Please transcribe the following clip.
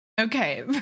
Okay